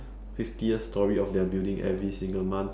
fiftieth storey of their building every single month